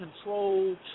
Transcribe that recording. control